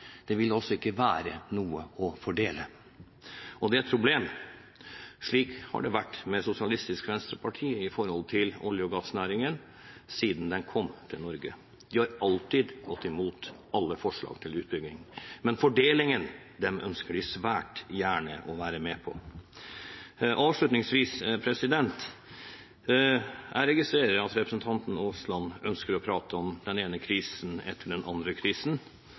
Det vil altså ikke være noe å fordele. Det er et problem. Slik har det vært med Sosialistisk Venstrepartis forhold til olje- og gassnæringen siden den kom til Norge. De har alltid gått imot alle forslag til utbygging, men fordelingen, den ønsker de svært gjerne å være med på. Avslutningsvis registrerer jeg at representanten Aasland ønsker å prate om den ene krisen etter den andre